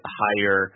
higher